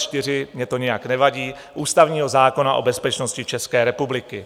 4 mně to nijak nevadí ústavního zákona o bezpečnosti České republiky.